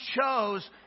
chose